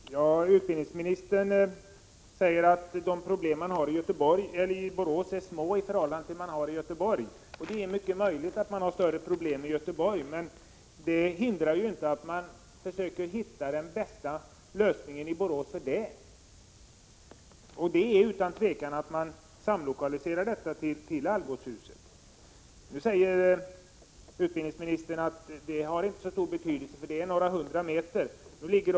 19 maj 1987 Herr talman! Utbildningsministern säger att de problem man har i Borås är mm mbosshiltnsinos, SMåi förhållande till dem man har i Göteborg. Det är mycket möjligt att man har större problem i Göteborg. Men det hindrar inte att man försöker hitta den bästa lösningen på problemen i Borås. Den bästa lösningen skulle vara att man lokaliserade all tekoutbildning till Algotshuset. Nu säger utbildningsministern att det inte har så stor betydelse, för det är bara några hundra meters avstånd.